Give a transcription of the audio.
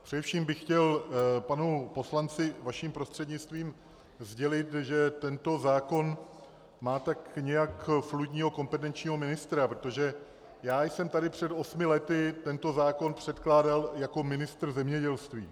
Především bych chtěl panu poslanci vaším prostřednictvím sdělit, že tento zákon má tak nějak fluidního kompetenčního ministra, protože já jsem tady před osmi lety tento zákon předkládal jako ministr zemědělství.